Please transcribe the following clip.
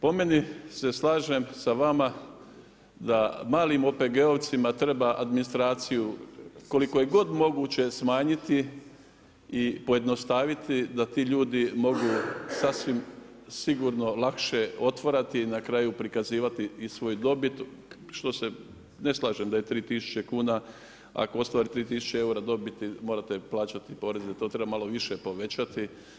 Po meni se slažem sa vama da malim OPG-ovcima treba administraciju koliko je god moguće smanjiti i pojednostaviti da ti ljudi mogu sasvim sigurno lakše otvarati i na kraju prikazivati i svoju dobit što se ne slažem da je tri tisuće kuna ako ostvari tri tisuće eura dobiti morate plaćati poreze, to treba malo više povećati.